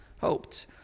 hoped